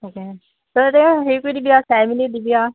তাকে তই এতিয়া হেৰি কৰি দিবি আৰু চাই মেলি দিবি আৰু